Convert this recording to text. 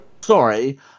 sorry